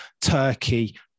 Turkey